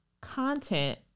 content